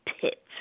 pit